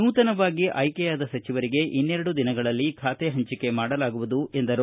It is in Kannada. ನೂತನವಾಗಿ ಆಯ್ಕೆಯಾದ ಸಚಿವರಿಗೆ ಇನ್ನೆರಡು ದಿನಗಳಲ್ಲಿ ಖಾತೆ ಪಂಚಿಕೆ ಮಾಡಲಾಗುವುದು ಎಂದರು